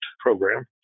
program